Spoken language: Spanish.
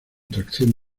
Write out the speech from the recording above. tracción